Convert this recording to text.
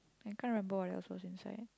I can't remember what else was inside